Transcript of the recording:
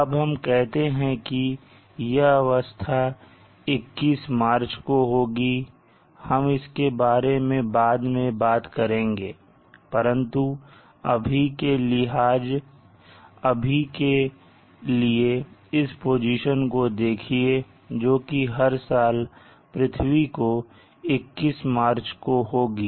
अब हम कहते हैं कि यह अवस्था 21मार्च को होगी हम इसके बारे में बाद में बात करेंगे परंतु अभी के लिए इस पोजीशन को देखिए जोकि हर साल पृथ्वी की 21 मार्च को होगी